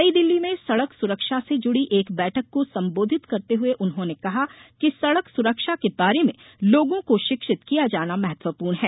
नई दिल्ली में सड़क सुरक्षा से जुड़ी एक बैठक को संबोधित करते हुए उन्होंने कहा कि सड़क सुरक्षा के बारे में लोगों को शिक्षित किया जाना महत्वपूर्ण है